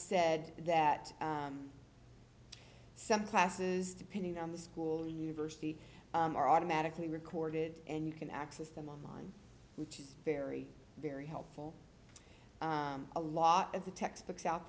said that some classes depending on the school university are automatically recorded and you can access them online which is very very helpful a lot of the textbooks out